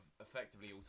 effectively